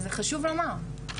וזה חשוב לומר.